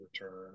return